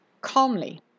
calmly